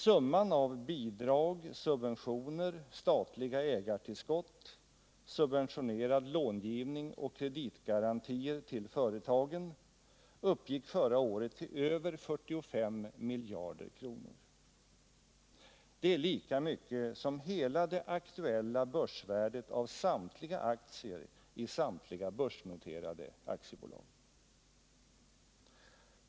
Summan av bidrag, subventioner, statliga ägartillskott, subventionerad långivning och kreditgarantier till de privata företagen uppgick förra året till över 45 miljarder kronor. Det är lika mycket som hela det aktuella börsvärdet av samtliga aktier i samtliga börsnoterade aktiebolag.